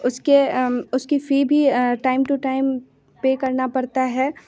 उसके उसकी फ़ी भी टाइम टु टाइम पर करना पड़ता है